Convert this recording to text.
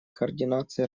координации